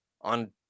on